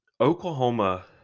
Oklahoma